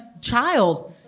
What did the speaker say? child